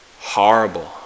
horrible